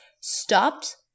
stopped